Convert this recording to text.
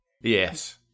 Yes